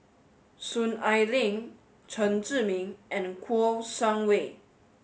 Soon Ai Ling Chen Zhiming and Kouo Shang Wei